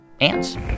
ants